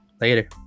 later